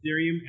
Ethereum